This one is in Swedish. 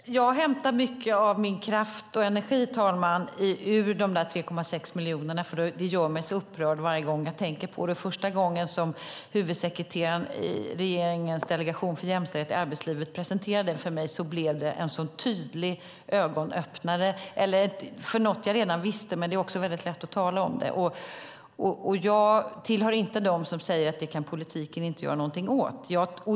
Fru talman! Jag hämtar mycket av min kraft och energi ur dessa 3,6 miljoner. Det gör mig så upprörd varje gång jag tänker på det. Första gången som huvudsekreteraren i regeringens delegation för jämställdhet i arbetslivet presenterade detta för mig blev det en tydlig ögonöppnare för något jag redan visste, och det blir också väldigt lätt att tala om det. Jag tillhör inte dem som säger att politiken inte kan göra någonting åt detta.